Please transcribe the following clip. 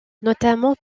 notamment